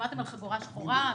שמעתם על חגורה שחורה?